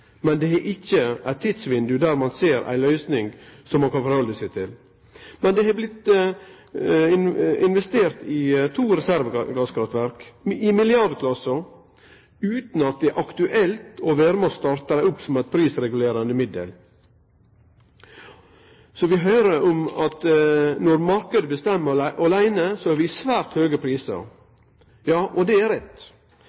men dei har ikkje gitt eit tidsvindauge der vi ser ei løysing som ein kan halde seg til. Men det har blitt investert i to reservekraftverk i milliardklassa utan at det er aktuelt å vere med å starte dei opp som eit prisregulerande middel. Så høyrer vi at når marknaden bestemmer åleine, får vi svært høge prisar